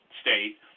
state